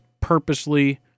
purposely